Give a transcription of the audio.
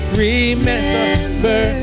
remember